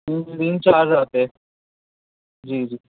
تین چار راتین جی جی